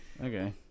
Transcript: Okay